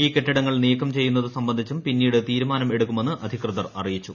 ഈ കെട്ടിടങ്ങൾ നീക്കം ചെയ്യുന്നത് സംബന്ധിച്ചും പ്പിണ്ണീട് തീരുമാനം എടുക്കുമെന്ന് അധികൃതർ അറിയിച്ചു